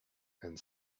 and